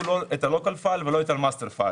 לא את ה- local fileולא את ה- master file.